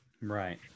right